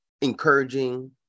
encouraging